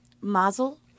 Mazel